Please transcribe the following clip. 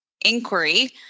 inquiry